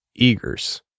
eagers